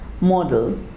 model